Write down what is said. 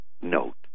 note